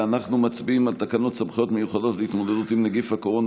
אנחנו מצביעים על תקנות סמכויות מיוחדות להתמודדות עם נגיף הקורונה